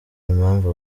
impamvu